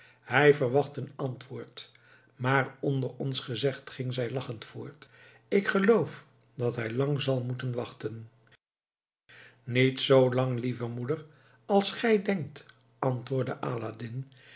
hij verwacht een antwoord maar onder ons gezegd ging zij lachend voort ik geloof dat hij lang zal moeten wachten niet zoo lang lieve moeder als gij denkt antwoordde aladdin